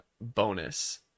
bonus